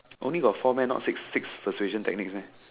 only got four meh not six six persuasion techniques meh